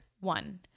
one